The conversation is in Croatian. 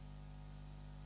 Hvala